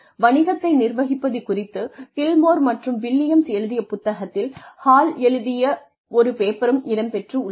வணிகத்தை நிர்வகிப்பது குறித்து கில்மோர் மற்றும் வில்லியம்ஸ் எழுதிய புத்தகத்தில் ஹால் எழுதிய ஒரு பேப்பரும் இடம்பெற்றுள்ளது